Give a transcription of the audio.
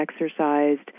exercised